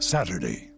Saturday